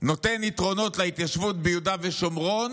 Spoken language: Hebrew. נותן יתרונות להתיישבות ביהודה ושומרון,